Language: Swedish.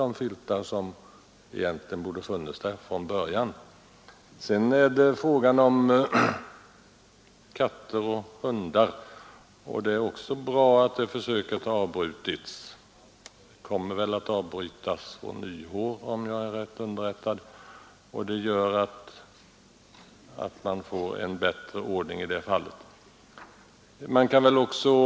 Då skulle vi i sovvagnarna kunna rätt snabbt få sådana filtar som borde ha funnits där redan nu. Det är också bra att försöket med kattor och hundar i sovvagnskupéerna avbryts från nyår, om jag är rätt underrättad. Det skapar bättre ordning i det fallet.